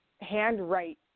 handwrite